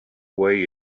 away